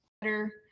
better